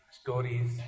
stories